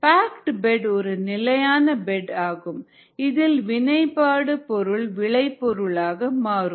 packed bed ஒரு நிலையான bed ஆகும் இதில் வினைபடு பொருள் விளை பொருளாக மாறும்